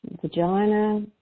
vagina